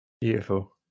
Beautiful